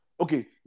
okay